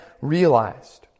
realized